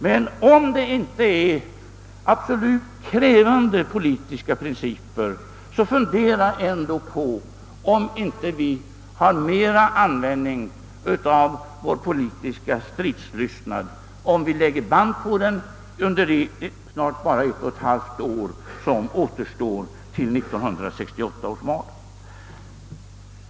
Men om det inte är absolut krävande politiska principer, bör ni fundera på om vi inte har mera användning för vår politiska stridslystnad, om vi lägger band på den under de snart endast ett och ett halvt år som återstår till 1968 års val.